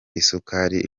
isukari